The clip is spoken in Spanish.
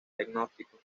diagnóstico